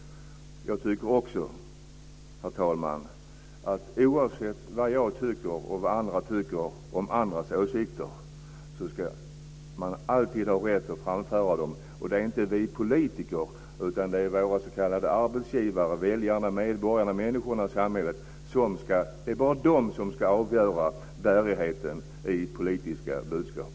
Jag anser också, herr talman, att oavsett vad jag och andra tycker om andras åsikter ska man alltid ha rätt att framföra dem. Det är inte vi politiker, utan bara våra s.k. arbetsgivare, väljarna, medborgarna, människorna i samhället, som ska avgöra bärigheten i politiska budskap.